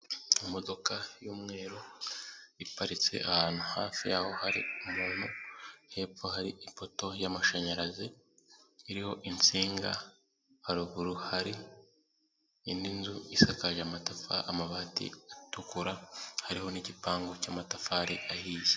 Imodoka y'umweru iparitse ahantu hafi yaho hari umuntu hepfo hari ipoto y'amashanyarazi iriho insinga, haruguru hari indi nzu isakaje amabati atukura hariho n'igipangu cy'amatafari ahiye.